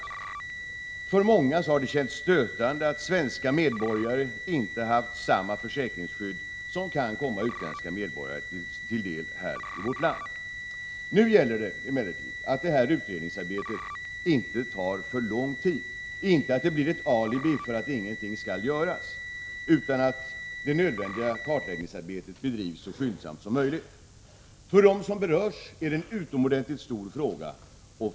Men för många har det känts stötande att svenska medborgare inte har haft samma försäkringsskydd som kan komma utländska medborgare till del här i vårt land. Nu gäller det emellertid att utredningsarbetet inte tar för lång tid, inte blir ett alibi för att ingenting skall göras — utan det nya kartläggningsarbetet måste bedrivas så skyndsamt som möjligt. För dem som berörs är det en utomordentligt stor fråga.